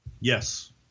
Yes